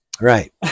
right